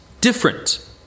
different